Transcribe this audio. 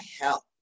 help